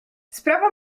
sprawa